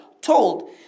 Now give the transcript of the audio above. told